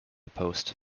post